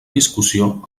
discussió